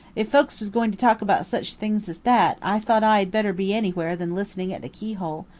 if folks was going to talk about such things as that, i thought i had better be anywhere than listening at the keyhole.